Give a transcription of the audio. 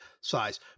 size